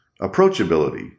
Approachability